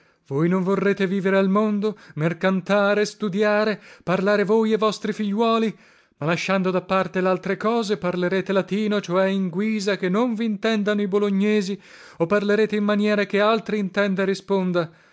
voi non vorrete vivere al mondo mercantare studiare parlare voi e vostri figliuoli ma lasciando da parte laltre cose parlarete latino cioè in guisa che non vintendano i bolognesi o parlarete in maniera che altri intenda e risponda